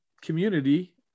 community